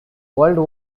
world